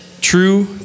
true